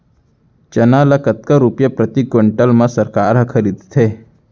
चना ल कतका रुपिया प्रति क्विंटल म सरकार ह खरीदथे?